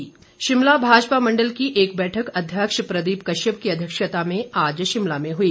भाजपा बैठक शिमला भाजपा मंडल की एक बैठक अध्यक्ष प्रदीप कश्यप की अध्यक्षता में आज शिमला में हुई